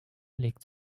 legt